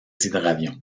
hydravions